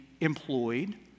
employed